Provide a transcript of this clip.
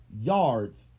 yards